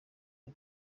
ari